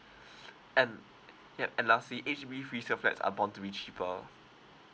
and ya and lastly H_B resale flats are bound to be cheaper